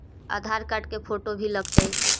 आधार card के photo भी लग तै?